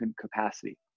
capacity